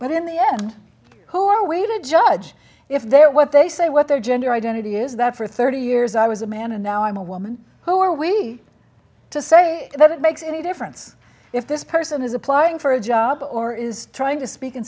but in the end who are way to judge if they're what they say what their gender identity is that for thirty years i was a man and now i'm a woman who are we to say that it makes any difference if this person is applying for a job or is trying to speak and